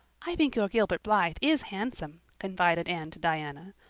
i think your gilbert blythe is handsome, confided anne to diana,